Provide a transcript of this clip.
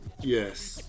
Yes